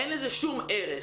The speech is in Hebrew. אין לזה שום ערך.